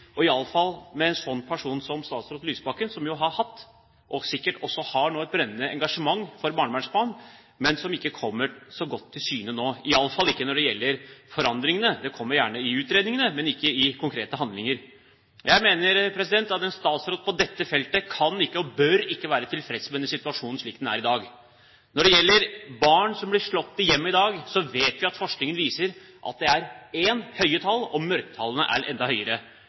i alle fall med en person som statsråd Lysbakken, som jo har hatt og sikkert også nå har et brennende engasjement for barnevernsbarn, men som ikke kommer så godt til syne nå, i alle fall ikke når det gjelder forandringene. Det kommer gjerne i utredningene, men ikke i konkrete handlinger. Jeg mener at en statsråd på dette feltet kan ikke og bør ikke være tilfreds med situasjonen slik den er dag. Når det gjelder barn som blir slått i hjemmet i dag, viser forskningen at tallene er høye, og mørketallene er enda høyere.